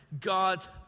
God's